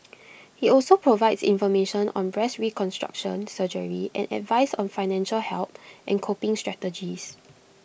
IT also provides information on breast reconstruction surgery and advice on financial help and coping strategies